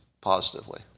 positively